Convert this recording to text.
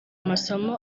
masomo